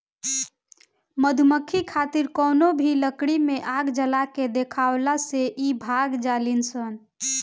मधुमक्खी खातिर कवनो भी लकड़ी में आग जला के देखावला से इ भाग जालीसन